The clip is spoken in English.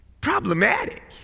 problematic